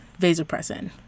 vasopressin